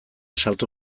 sartu